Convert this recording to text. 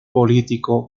político